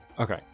okay